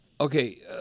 okay